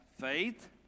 faith